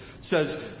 says